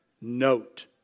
note